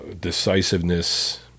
decisiveness